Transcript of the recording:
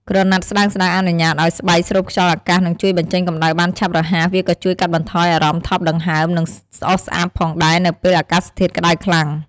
ក្រណាត់ស្តើងៗអនុញ្ញាតឲ្យស្បែកស្រូបខ្យល់អាកាសនិងជួយបញ្ចេញកម្ដៅបានឆាប់រហ័ស វាក៏ជួយកាត់បន្ថយអារម្មណ៍ថប់ដង្ហើម និងស្អុះស្អាប់ផងដែរនៅពេលអាកាសធាតុក្តៅខ្លាំង។